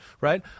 right